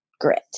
grit